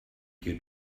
you